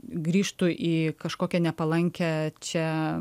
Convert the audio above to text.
grįžtų į kažkokią nepalankią čia